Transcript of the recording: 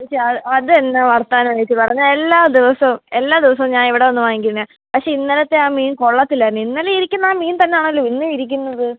ചേച്ചി അത് അതെന്നാ വർത്തമാനമാണ് ചേച്ചി പറഞ്ഞത് എല്ലാ ദിവസവും എല്ലാ ദിവസവും ഞാൻ ഇവിടെ വന്ന് വാങ്ങിക്കുന്നതാണ് പക്ഷേ ഇന്നലത്തെ ആ മീൻ കൊള്ളത്തില്ലായിരുന്നു ഇന്നലെ ഇരിക്കുന്ന ആ മീൻ തന്നെയാണെല്ലോ ഇന്നും ഇരിക്കുന്നത്